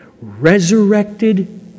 resurrected